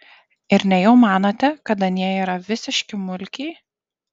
ir nejau manote kad anie yra visiški mulkiai